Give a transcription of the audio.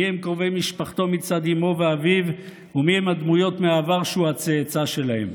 מיהם קרובי משפחתו מצד אימו ואביו ומיהם הדמויות מהעבר שהוא הצאצא שלהם.